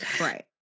Right